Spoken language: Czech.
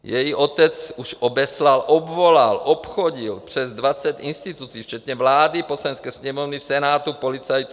Její otec už obeslal, obvolal, obchodil přes 20 institucí včetně vlády, Poslanecké sněmovny, Senátu, policajtů.